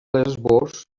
lesbos